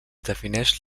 defineix